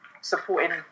supporting